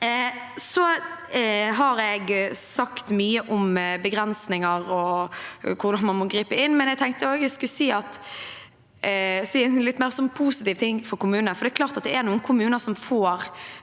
Jeg har sagt mye om begrensninger og hvordan man må gripe inn, men jeg tenkte jeg også skulle si en litt positiv ting for kommunene. Det er klart at det er noen kommuner som får